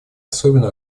особенно